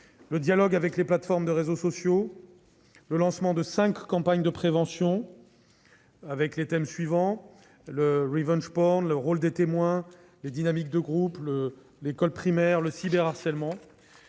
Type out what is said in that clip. le dialogue avec les plateformes de réseaux sociaux, le lancement de cinq campagnes de prévention autour des thèmes suivants :, rôle des témoins, dynamiques de groupe, école primaire, cyberharcèlement.